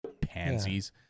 pansies